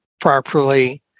properly